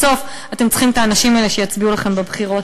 בסוף אתם צריכים את האנשים האלה שיצביעו לכם בבחירות.